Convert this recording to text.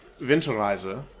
Winterreise